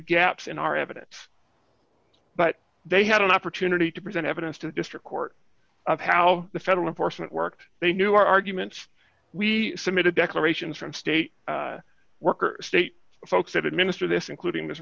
gaps in our evidence but they had an opportunity to present evidence to the district court of how the federal enforcement works they knew our arguments we submitted declarations from state workers state folks that administer this including this